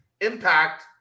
impact